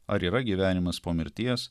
ar yra gyvenimas po mirties